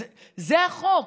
זה החוק,